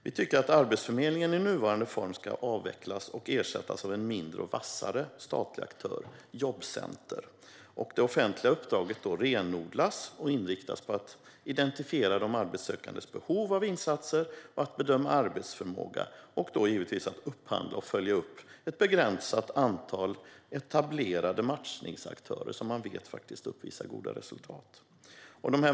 Vi tycker att Arbetsförmedlingen i nuvarande form ska avvecklas och ersättas av en mindre och vassare statlig aktör, Jobbcenter. Det offentliga uppdraget renodlas och inriktas på att identifiera de arbetssökandes behov av insatser och att bedöma arbetsförmåga, samt givetvis att upphandla och följa upp ett begränsat antal etablerade matchningsaktörer som man vet uppvisar goda resultat.